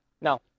No